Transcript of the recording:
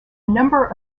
number